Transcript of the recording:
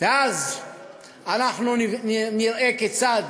ואז אנחנו נראה כיצד